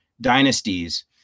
dynasties